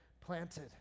planted